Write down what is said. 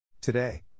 Today